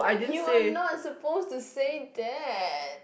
you are not supposed to say that